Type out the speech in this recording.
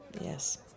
Yes